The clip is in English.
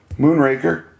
Moonraker